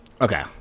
Okay